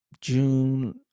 June